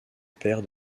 père